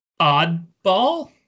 oddball